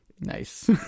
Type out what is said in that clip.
Nice